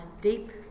deep